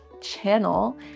channel